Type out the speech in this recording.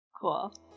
Cool